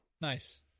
Nice